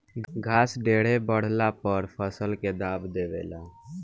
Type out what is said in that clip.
घास ढेरे बढ़ला पर फसल के दाब देवे ला